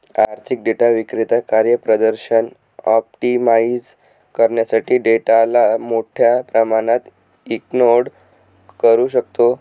आर्थिक डेटा विक्रेता कार्यप्रदर्शन ऑप्टिमाइझ करण्यासाठी डेटाला मोठ्या प्रमाणात एन्कोड करू शकतो